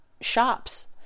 shops